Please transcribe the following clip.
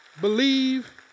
Believe